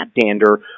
dander